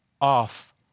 off